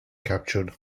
captured